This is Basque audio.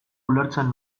ulertzen